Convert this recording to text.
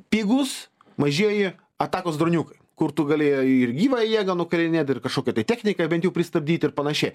pigūs mažieji atakos droniukai kur tu gali ir gyvąją jėgą nukalinėt ir kažkokią tai techniką bent jau pristabdyti ir panašiai